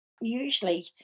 usually